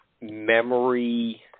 memory